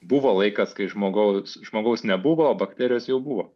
buvo laikas kai žmogaus žmogaus nebuvo o bakterijos jau buvo